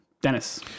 Dennis